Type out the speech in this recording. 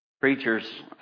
preachers